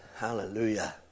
Hallelujah